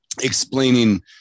explaining